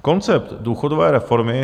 Koncept důchodové reformy